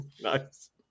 Nice